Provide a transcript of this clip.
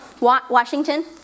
Washington